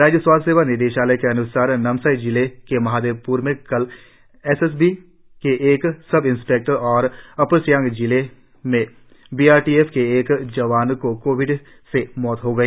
राज्य स्वास्थ्य सेवा निदेशालय के अन्सार नामसाई जिले के महादेवप्र में कल एस एस बी के एक सब इंस्पेक्टर और अपर सियांग जिले में बी आर टी एफ के एक जवान को कोविड से मौत हो गई